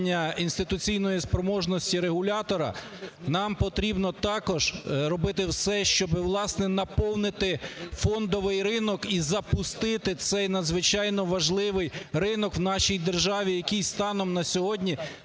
інституційної спроможності регулятора нам потрібно також робити все, щоб, власне, наповнити фондовий ринок і запустити цей надзвичайно важливий ринок в нашій державі, який станом на сьогодні